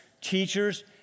teachers